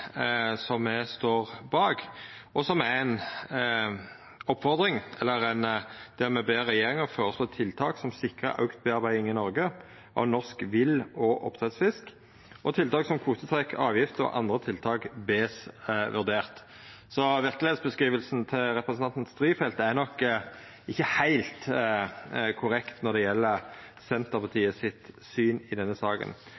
som me står bak, der me «ber regjeringen foreslå tiltak som sikrer økt bearbeiding i Norge av norsk vill- og oppdrettsfisk. Tiltak som kvotetrekk, avgifter og andre tiltak bes vurdert». Verkelegheitsbeskrivinga til representanten Strifeldt er nok ikkje heilt korrekt når det gjeld